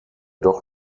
doch